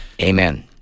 amen